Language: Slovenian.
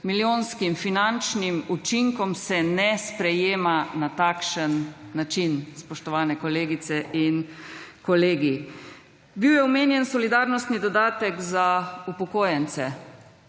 milijonskim finančnim učinkom se ne sprejema na takšen način, spoštovani kolegice in kolegi. Bil je omenjen solidarnostni dodatek za upokojence,